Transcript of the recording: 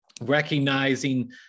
recognizing